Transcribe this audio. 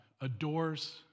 adores